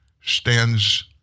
stands